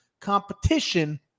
competition